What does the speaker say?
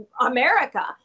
America